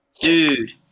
dude